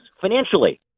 financially